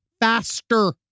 faster